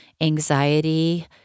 anxiety